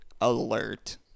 alert